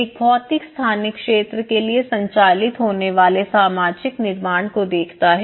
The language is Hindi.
एक भौतिक स्थानिक क्षेत्र के लिए संचालित होने वाले सामाजिक निर्माण को देखता है